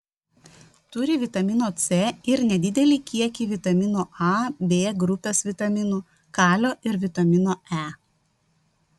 turi vitamino c ir nedidelį kiekį vitamino a b grupės vitaminų kalio ir vitamino e